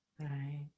Right